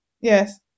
yes